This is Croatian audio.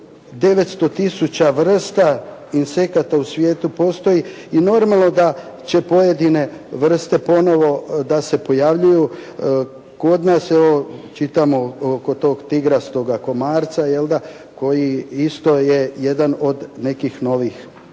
900 tisuća vrsta insekata u svijetu postoji i normalno da će pojedine vrste ponovo da se pojavljuju kod nas, evo čitamo oko tog tigrastoga komarca koji isto je jedan od nekih novih insekata